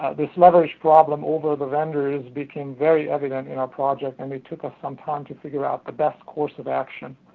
this leveraged problem over the vendors became very evident in our project, and it took us some time to figure out the best course of action.